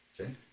Okay